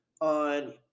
On